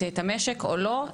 המשק או לא,